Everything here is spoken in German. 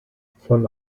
von